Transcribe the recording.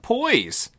Poise